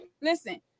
Listen